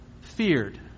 Feared